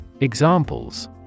Examples